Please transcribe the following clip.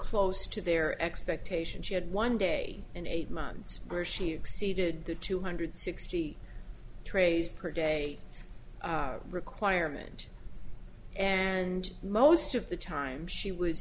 close to their expectations she had one day in eight months where she exceeded the two hundred sixty trays per day requirement and most of the time she was